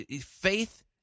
faith